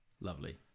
Lovely